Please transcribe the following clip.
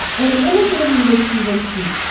ah and in this interview with steve inskeep,